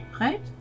right